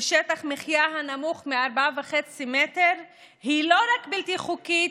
בשטח מחיה הנמוך מ-4.5 מטר היא לא רק בלתי חוקית,